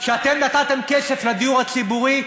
כשנתתם כסף לדיור הציבורי,